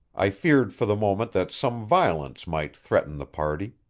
i feared for the moment that some violence might threaten the party,